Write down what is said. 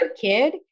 kid